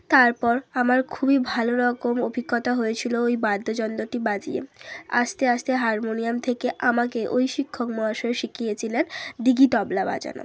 তারপর আমার খুবই ভালো রকম অভিজ্ঞতা হয়েছিলো ওই বাদ্যযন্ত্রটি বাজিয়ে আস্তে আস্তে হারমোনিয়াম থেকে আমাকে ওই শিক্ষক মহাশয় শিখিয়েছিলেন দিঘি তবলা বাজানো